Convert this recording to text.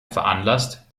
veranlasst